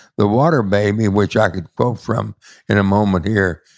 the water baby, which i could quote from in a moment here,